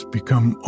become